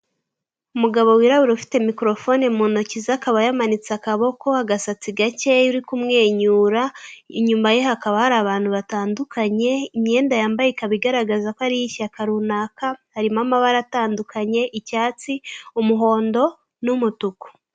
Umugabo wirabura, ufite mikorofone mu ntoki ze, akaba yamanitse akaboko, agasatsi gakeya, uri kumwenyura, inyuma ye hakaba hari abantu batandukanye, imyenda yambaye ikaba igaragaza ko ari iy'ishyaka runaka, harimo amabara atandukanye; icyatsi, umuhondo, n'umutuku.